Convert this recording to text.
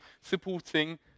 supporting